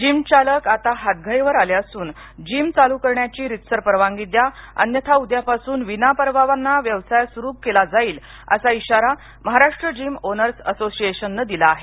gym चालक आता हातघाईवर आले असून जीम चालू करण्याची रीतसर परवानगी द्याअन्यथा उद्यापासून विनापरवाना व्यवसाय चालू केला जाईलअसा इशारा महाराष्ट्र जिम ओनर्स असोसिएशननं दिला आहे